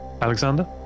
Alexander